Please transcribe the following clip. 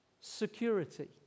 Security